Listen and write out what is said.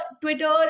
Twitter